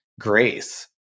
grace